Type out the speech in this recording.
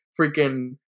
freaking